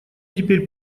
теперь